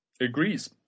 agrees